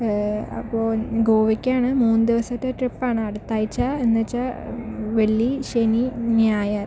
അപ്പോൾ ഗോവയ്ക്കാണ് മൂന്ന് ദിവസത്തെ ട്രിപ്പാണ് അടുത്താഴ്ച എന്ന് വെച്ചാൽ വെള്ളി ശനി ഞായർ